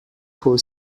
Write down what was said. for